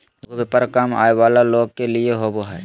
लघु व्यापार कम आय वला लोग के लिए होबो हइ